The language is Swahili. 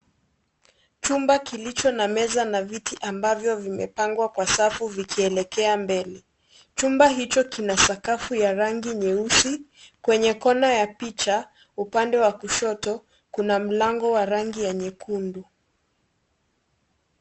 Chumba kilicho na meza na viti ambavyo vimepangwa kwa safu vikielekea mbele, Chumba hicho kina sakafu ya rangi nyeusi, kwenye Kona ya picha upande wa kushoto, Kuna mlango wa rangi ya nyekundu.